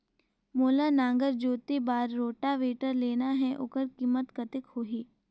मोला नागर जोते बार रोटावेटर लेना हे ओकर कीमत कतेक होही?